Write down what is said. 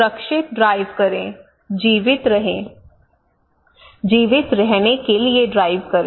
सुरक्षित ड्राइव करें जीवित रहें जीवित रहने के लिए ड्राइव करें